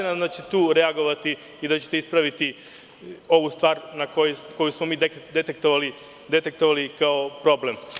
Nadam se da ćete tu reagovati i da ćete ispraviti ovu stvar koju smo mi detektovali kao problem.